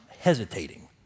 hesitating